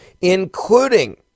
including